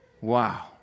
Wow